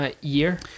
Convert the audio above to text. Year